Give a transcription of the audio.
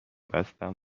بستم